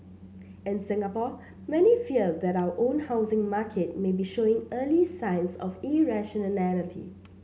in Singapore many fear that our own housing market may be showing early signs of irrationality